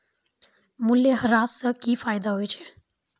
मूल्यह्रास से कि फायदा होय छै?